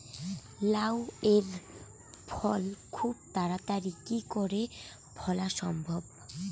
লাউ এর ফল খুব তাড়াতাড়ি কি করে ফলা সম্ভব?